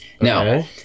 Now